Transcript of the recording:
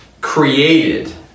created